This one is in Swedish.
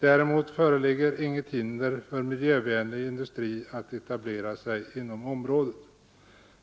Däremot föreligger inget hinder för miljövänlig industri att etablera sig inom området.